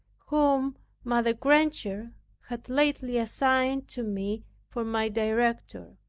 whom mother granger had lately assigned to me for my director.